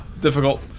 difficult